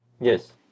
Yes